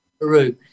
Peru